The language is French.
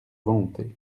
volonté